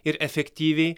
ir efektyviai